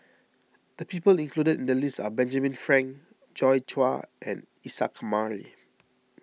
the people included in the list are Benjamin Frank Joi Chua and Isa Kamari